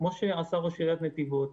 כמו שעשה ראש עיריית נתיבות,